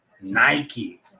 Nike